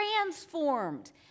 transformed